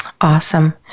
Awesome